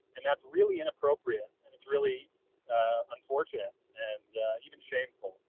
and that's really inappropriate and it's really unfortunate and even shameful.